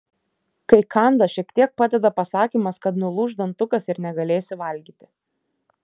kai kanda šiek tiek padeda pasakymas kad nulūš dantukas ir negalėsi valgyti